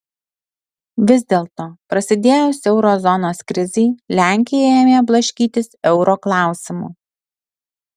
vis dėlto prasidėjus euro zonos krizei lenkija ėmė blaškytis euro klausimu